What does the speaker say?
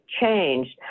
changed